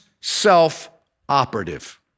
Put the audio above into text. self-operative